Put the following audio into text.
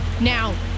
Now